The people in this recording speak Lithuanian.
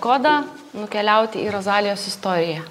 kodą nukeliauti į rozalijos istoriją